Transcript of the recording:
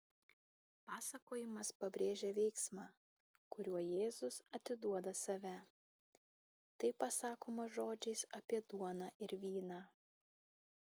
pasakojimas pabrėžia veiksmą kuriuo jėzus atiduoda save tai pasakoma žodžiais apie duoną ir vyną